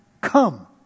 Come